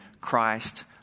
Christ